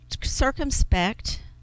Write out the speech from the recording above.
circumspect